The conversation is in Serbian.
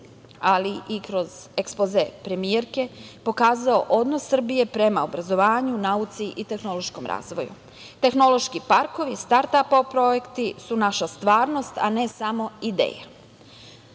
ali i kroz ekspoze premijerke pokazala odnos Srbije prema obrazovanju, nauci i tehnološkom razvoju. Tehnološki parkovi i start-ap projekti su naša stvarnost, a ne samo ideja. Ovim